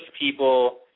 people